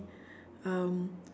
um